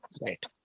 Right